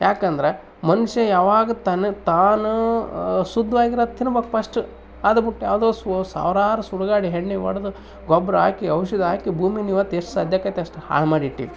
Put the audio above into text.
ಯಾಕಂದ್ರೆ ಮನುಷ್ಯ ಯಾವಾಗ ತನಗೆ ತಾನು ಶುದ್ವಾಗಿರದ್ ತಿನ್ಬೇಕ್ ಪಸ್ಟು ಅದ್ಬಿಟ್ ಯಾವುದೋ ಸೋ ಸಾವ್ರಾರು ಸುಡ್ಗಾಡು ಎಣ್ಣಿ ಹೊಡ್ದ್ ಗೊಬ್ಬರ ಹಾಕಿ ಔಷಧ ಹಾಕಿ ಭೂಮಿನ್ ಇವತ್ತು ಎಷ್ಟು ಸಾಧ್ಯಾಕತೆ ಅಷ್ಟು ಹಾಳುಮಾಡಿಟ್ಟಿರಿ